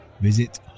visit